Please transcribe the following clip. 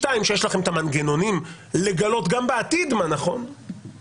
שיש לכם את המנגנונים לגלות גם בעתיד מה נכון,